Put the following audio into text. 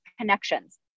connections